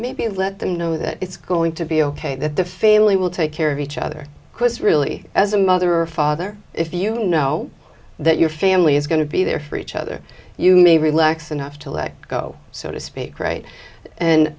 maybe let them know that it's going to be ok that the family will take care of each other because really as a mother or father if you know that your family is going to be there for each other you may relax enough to let go so to speak right and